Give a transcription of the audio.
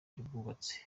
n’ubwubatsi